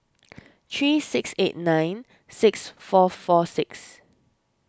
three six eight nine six four four six